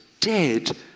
dead